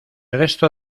resto